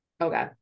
Okay